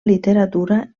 literatura